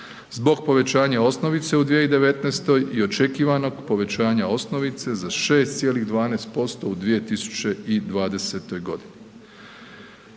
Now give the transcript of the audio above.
zbog povećanja osnovice u 2019. i očekivanog povećanja osnovice za 6,12% u 2020. Podsjećam